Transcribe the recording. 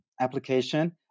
application